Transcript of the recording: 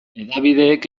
hedabideek